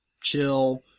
chill